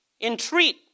Entreat